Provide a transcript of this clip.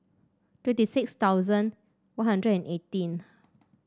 twenty six thousand One Hundred and eighteen